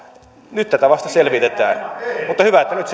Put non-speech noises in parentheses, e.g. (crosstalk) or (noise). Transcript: nyt tätä vasta selvitetään mutta hyvä että nyt (unintelligible)